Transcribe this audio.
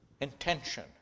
Intention